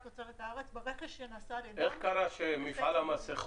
תוצרת הארץ ברכש שנעשה על ידי --- איך קרה שמפעל המסכות